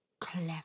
clever